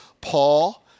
Paul